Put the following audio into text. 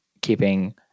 keeping